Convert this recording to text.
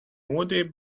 moody